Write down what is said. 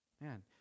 Man